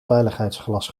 veiligheidsglas